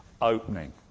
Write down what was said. opening